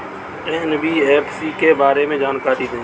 NBFC के बारे में जानकारी दें?